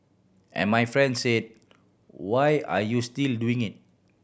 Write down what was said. and my friend say why are you still doing it